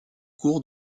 cours